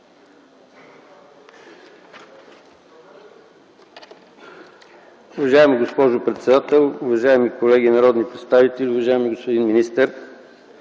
Уважаема госпожо председател, уважаеми колеги народни представители, уважаеми господин министър!